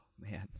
man